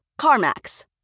CarMax